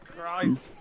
Christ